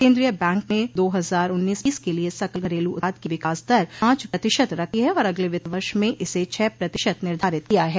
केन्द्रीय बैंक ने दो हज़ार उन्नीस बीस के लिए सकल घरेलू उत्पाद की विकास दर पांच प्रतिशत रखी है और अगले वित्त वर्ष में इसे छह प्रतिशत निर्धारित किया है